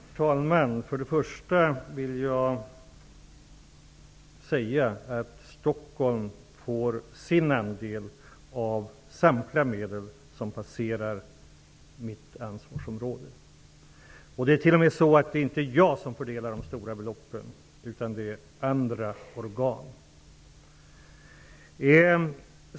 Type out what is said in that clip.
Herr talman! Först och främst vill jag säga att Stockholm får sin andel av samtliga medel som hör till mitt ansvarsområde. Det är t.o.m. så att det inte är jag som fördelar de stora beloppen, utan det är andra organ.